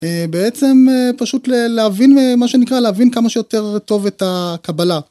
בעצם פשוט להבין מה שנקרא להבין כמה שיותר טוב את הקבלה.